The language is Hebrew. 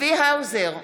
צבי האוזר,